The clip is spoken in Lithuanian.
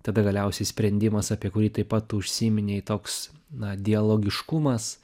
tada galiausiai sprendimas apie kurį taip pat užsiminei toks na dialogiškumas